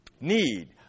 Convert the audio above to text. Need